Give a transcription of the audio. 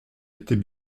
était